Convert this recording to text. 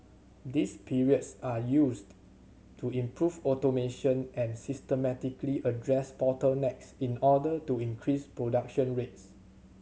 these periods are used to improve automation and systematically address bottlenecks in order to increase production rates